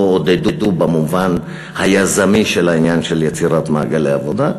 לא עודדו במובן היזמי של העניין של יצירת מעגלי עבודה,